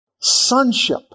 Sonship